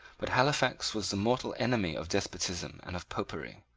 but halifax was the mortal enemy of despotism and of popery.